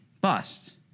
bust